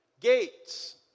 Gates